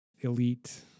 elite